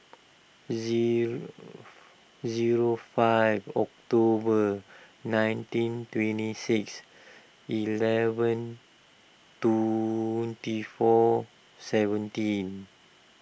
zero zero five October nineteen twenty six eleven twenty four seventeen